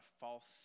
false